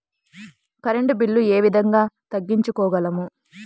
Current bill ఏ విధంగా తగ్గించుకోగలము?